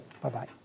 Bye-bye